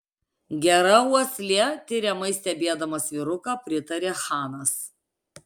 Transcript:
gera uoslė tiriamai stebėdamas vyruką pritarė chanas